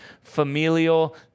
familial